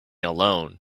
alone